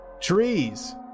Trees